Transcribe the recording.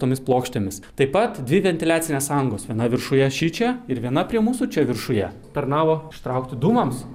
tomis plokštėmis taip pat dvi ventiliacinės angos viena viršuje šičia ir viena prie mūsų čia viršuje tarnavo ištraukti dūmams